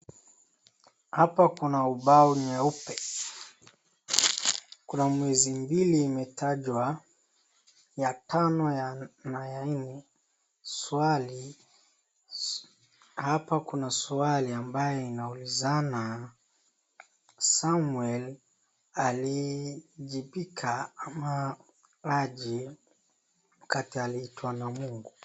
Hapa kuna ubao nyeupe kuna miezi mbili imetajawa ya tano na ya nne hapa kuna swali ambaye inaulizana ya kwamba Samuel aliijibika aje wakati alitwa na Mungu.